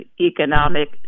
economic